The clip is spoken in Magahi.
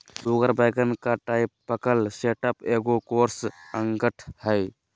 उगर वैगन का टायपकल सेटअप एगो कोर्स अंगठ हइ